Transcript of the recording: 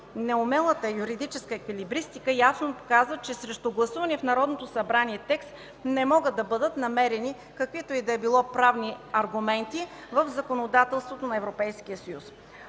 Неумелата юридическа еквилибристика ясно показва, че срещу гласувания от Народното събрание текст не могат да бъдат намерени каквито и да било правни аргументи в законодателството на Европейския съюз.